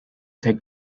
take